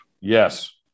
Yes